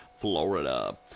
Florida